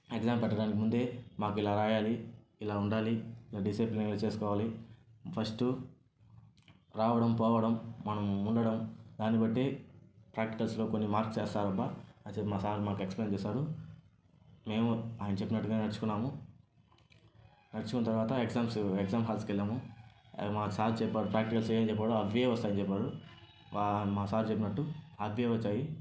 exams పెట్టడానికి ముందే మాకు ఇలా రాయాలి ఇలా ఉండాలి ఇలా డిసిప్లైన్గా చేసుకోవాలి ఫస్ట్ రావడం పోవడం మనం ఉండడం దాన్నిబట్టి ప్రాక్టికల్స్లో కొన్ని మార్క్స్ వేస్తారు అబ్బా అని చెప్పి మా సార్ ఎక్స్ప్లెయిన్ చేశాడు మేము ఆయన చెప్పినట్టుగా నడుచుకున్నాము నడుచుకున్న తర్వాత ఎగ్జామ్స్ ఎగ్జామ్ హాల్స్కు వెళ్లాము అడ మా సార్ చెప్పాడు ప్రాక్టికల్స్లో ఏమేమి చెప్పాడో అవే వస్తాయి అని చెప్పాడు మా సార్ చెప్పినట్టు అవే వచ్చాయి